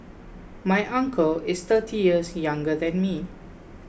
my uncle is thirty years younger than me